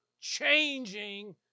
changing